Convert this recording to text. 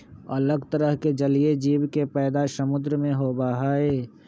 अलग तरह के जलीय जीव के पैदा समुद्र में होबा हई